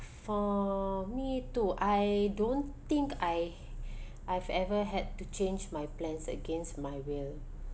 for me too I don't think I I've ever had to change my plans against my will